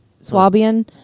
Swabian